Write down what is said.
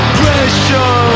Pressure